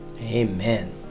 Amen